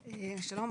שלום,